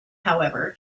however